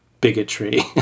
bigotry